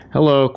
Hello